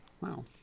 Wow